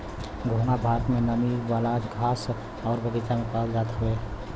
घोंघा भारत में नमी वाला घास आउर बगीचा में पावल जात हउवे